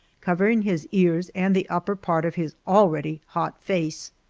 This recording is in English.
covering his ears and the upper part of his already hot face.